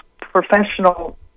professional